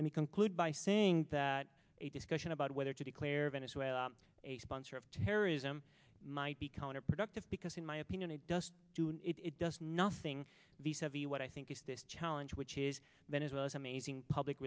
let me conclude by saying that a discussion about whether to declare venezuela a sponsor of terrorism might be counterproductive because in my opinion it doesn't do it does nothing these heavy what i think is this challenge which is venezuela's amazing public